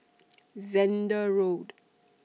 Zehnder Road